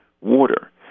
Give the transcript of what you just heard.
Water